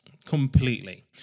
Completely